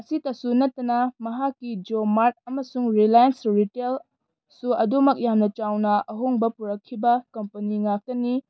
ꯑꯁꯤꯇꯁꯨ ꯅꯠꯇꯅ ꯃꯍꯥꯛꯀꯤ Jio Mart ꯑꯃꯁꯨꯡ ꯔꯤꯂꯥꯏꯟꯁ ꯔꯤꯇꯦꯜꯁꯨ ꯑꯗꯨꯃꯛ ꯌꯥꯝꯅ ꯆꯥꯎꯅ ꯑꯍꯣꯡꯕ ꯄꯨꯔꯛꯈꯤꯕ ꯀꯝꯄꯅꯤ ꯉꯥꯛꯇꯅꯤ